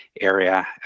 area